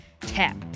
tap